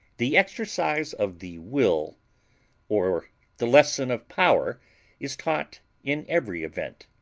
the exercise of the will or the lesson of power is taught in every event.